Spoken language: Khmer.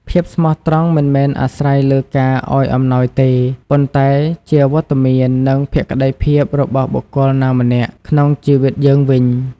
ភាពស្មោះត្រង់មិនមែនអាស្រ័យលើការឱ្យអំណោយទេ ប៉ុន្តែជាវត្តមាន និងភក្ដីភាពរបស់បុគ្គលណាម្នាក់ក្នុងជីវិតយើងវិញ។